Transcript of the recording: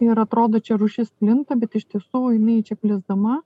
ir atrodo čia rūšis plinta bet iš tiesų jinai čia plisdama